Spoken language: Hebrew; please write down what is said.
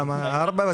גם להימנע.